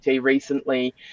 recently